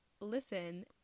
Listen